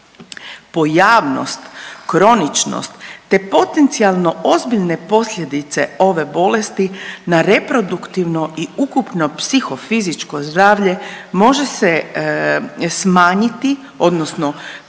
Pojavnost, kroničnost, te potencijalno ozbiljne posljedice ove bolesti na reproduktivno i ukupno psihofizičko zdravlje može se smanjiti odnosno